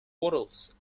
waddles